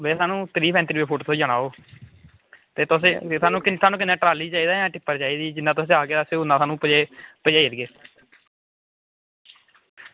भैया थुहानू त्रीह् पैंती रपे फुट थ्होई जाना ओह् ते भैया थुहानू किन्ना ट्रॉली चाहिदा जां टिप्पर जिन्ना तुस आक्खगे उन्ना थुहानू पजाई ओड़गे